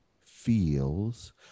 feels